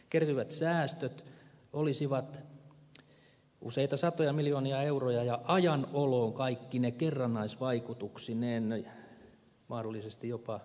kertyvät säästöt olisivat useita satoja miljoonia euroja ja ajan oloon kaikkine kerrannaisvaikutuksineen mahdollisesti jopa miljardiluokkaa